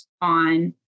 on